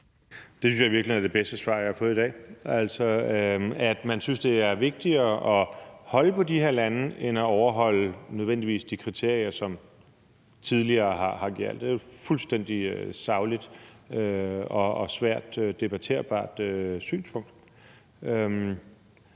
Det synes jeg i virkeligheden er det bedste svar, jeg har fået i dag, altså at man synes, at det er vigtigere at holde på de her lande, end at de nødvendigvis overholder de kriterier, som tidligere har gjaldt. Det er et fuldstændig sagligt og svært debatterbart synspunkt.